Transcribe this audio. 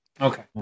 Okay